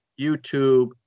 YouTube